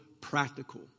practical